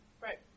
Right